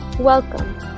Welcome